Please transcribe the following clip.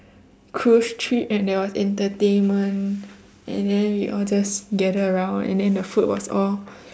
cruise trip and there was entertainment and then we all just gather around and then the food was all